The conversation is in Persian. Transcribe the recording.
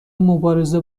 مبارزه